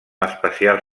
especial